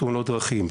תאונות דרכים,